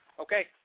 Okay